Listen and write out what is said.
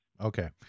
Okay